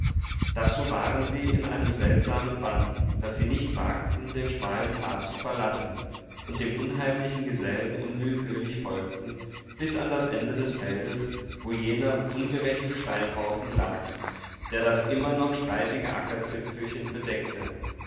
dazu waren sie in einem seltsamen bann daß sie nicht wagten den schmalen pfad zu verlassen und dem unheimlichen gesellen unwillkürlich folgten bis an das ende des feldes wo jener ungerechte steinhaufen lag der das immer noch streitige ackerzipfelchen bedeckte